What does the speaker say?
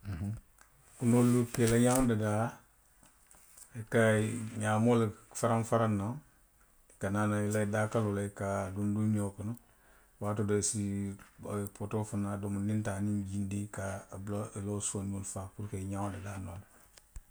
Kunoolu. i ka i la ňaŋo dadaa, i ka ňaamoo le faraŋ faraŋ naŋ, i ka naa naa i la ňiŋ daakaloo la, i ka a duŋ duŋ ňoo kono. waatoo doo i si potoo fanaŋ domondiŋ taa aniŋ jiindiŋ i ka a bula i la wo soondiŋolu faa puru ka ňaŋo dadaa a la.